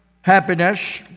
happiness